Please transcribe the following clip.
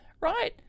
right